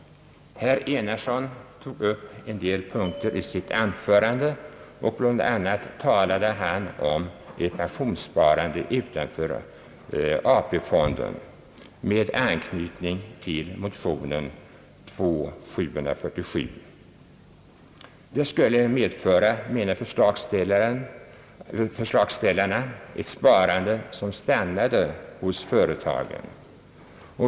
Herr Enarsson tog upp en del punkter i sitt anförande, som jag gärna vill säga något om. Bland annat talade han med anknytning till motionen II: 747 om ett pensionssparande utanför AP fonden. Det skulle medföra, menar förslagsställarna, ett sparande som stannade hos företagen.